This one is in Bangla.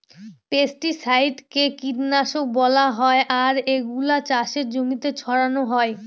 পেস্টিসাইডকে কীটনাশক বলা হয় আর এগুলা চাষের জমিতে ছড়ানো হয়